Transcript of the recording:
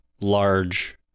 large